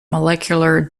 molecular